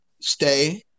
stay